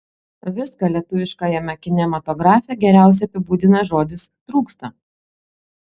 viską lietuviškajame kinematografe geriausiai apibūdina žodis trūksta